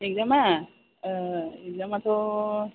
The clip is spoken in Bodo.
इक्जामा इक्जामाथ'